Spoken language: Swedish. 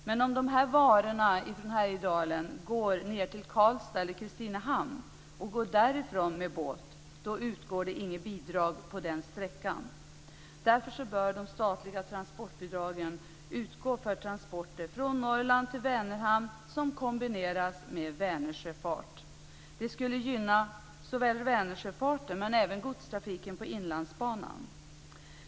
Men om varorna från Härjedalen går till Karlstad eller Kristinehamn och därifrån går med båt utgår inget bidrag på den sträckan. Därför bör de statliga transportbidragen utgå för transporter från Norrland till Vänerhamn som kombineras med Vänersjöfart. Det skulle gynna såväl Vänersjöfarten men även godstrafiken på Inlandsbanan.